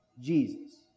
Jesus